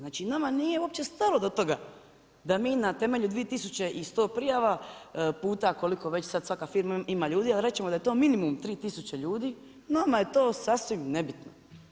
Znači nama nije uopće stalo do toga da mi na temelju 2100 prijava puta koliko već sada svaka firma ima ljudi, a reći ćemo da je to minimum 3000 ljudi, nama je to sasvim nebitno.